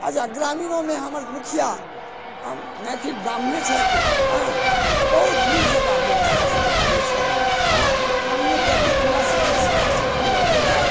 अच्छा ग्रामीणोमे हमर मुखिया मैथिल ब्राह्मणे छथि एँ बहुत नीक जेकाँ व्यवस्था सभ रखने छथि एँ अखन पानियेके अतेक हमरा सभके स्कारसिटी भऽ गेल है